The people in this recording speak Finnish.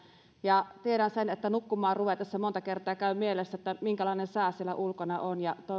ja tiedän sen että nukkumaan ruvetessa monta kertaa käy mielessä että minkälainen sää siellä ulkona on ja että toivottavasti